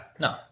No